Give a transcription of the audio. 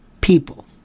people